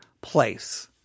place